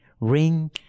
ring